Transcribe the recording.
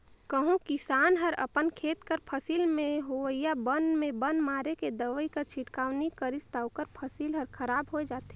कहों किसान हर अपन खेत कर फसिल में होवइया बन में बन मारे कर दवई कर छिड़काव नी करिस ता ओकर फसिल हर खराब होए जाथे